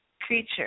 creature